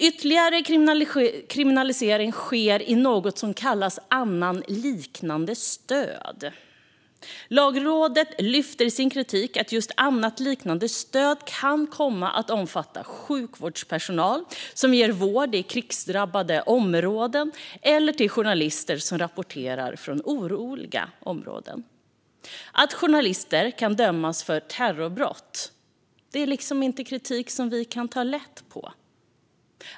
Ytterligare kriminalisering sker i något som kallas "annat liknande stöd". Lagrådet lyfter fram i sin kritik att just annat liknande stöd kan komma att omfatta sjukvårdspersonal som ger vård i krigsdrabbade områden eller journalister som rapporterar från oroliga områden. Att journalister kan dömas för terrorbrott, det är inte kritik som vi kan ta lätt på.